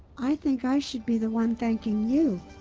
i think i should be the one thanking you.